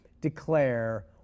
declare